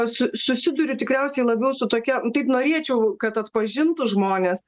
su susiduriu tikriausiai labiau su tokia taip norėčiau kad atpažintų žmonės